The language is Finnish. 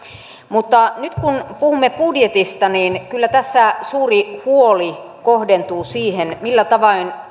mutta nyt kun puhumme budjetista niin kyllä tässä suuri huoli kohdentuu siihen millä tavoin